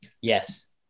Yes